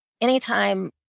anytime